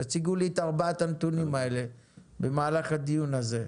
תציגו לי את ארבע הנתונים האלה במהלך הדיון הזה.